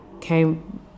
came